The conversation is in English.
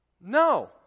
No